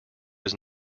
was